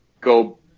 go